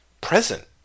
present